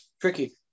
tricky